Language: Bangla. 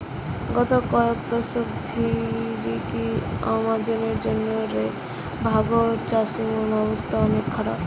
গত কয়েক দশক ধরিকি আমানকের রাজ্য রে ভাগচাষীমনকের অবস্থা অনেক খারাপ